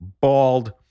bald